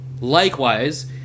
Likewise